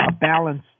balance